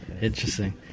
interesting